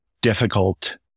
difficult